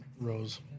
Rose